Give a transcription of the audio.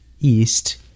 East